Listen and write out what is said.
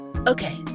Okay